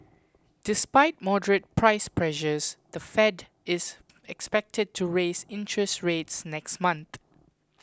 despite moderate price pressures the Fed is expected to raise interest rates next month